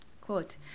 Quote